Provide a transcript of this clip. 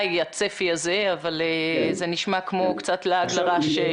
הצפי הזה אבל זה נשמע קצת כמו לעג לרש.